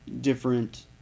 different